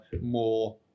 more